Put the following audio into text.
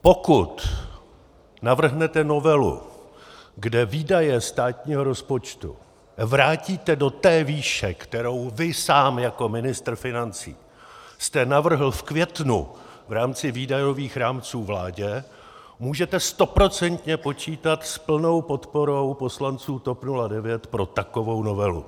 Pokud navrhnete novelu, kde výdaje státního rozpočtu vrátíte do té výše, kterou jste vy sám jako ministr financí navrhl v květnu v rámci výdajových rámců vládě, můžete stoprocentně počítat s plnou podporou poslanců TOP 09 pro takovou novelu.